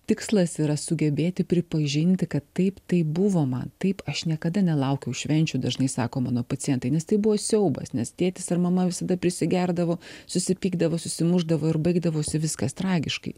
tikslas yra sugebėti pripažinti kad taip taip buvo man taip aš niekada nelaukiau švenčių dažnai sako mano pacientai nes tai buvo siaubas nes tėtis ar mama visada prisigerdavo susipykdavo susimušdavo ir baigdavosi viskas tragiškai